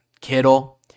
Kittle